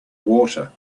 water